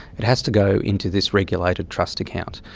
it has to go into this regulated trust account,